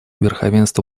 верховенство